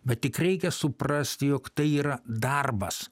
bet tik reikia suprasti jog tai yra darbas